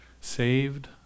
saved